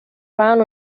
pagan